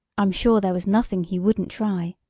i'm sure there was nothing he wouldn't try.